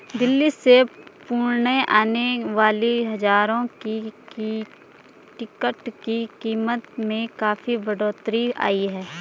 दिल्ली से पुणे आने वाली जहाजों की टिकट की कीमत में काफी बढ़ोतरी आई है